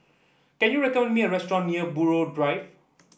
can you recommend me a restaurant near Buroh Drive